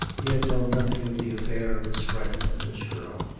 he had known nothing of the affair of his friend and this girl,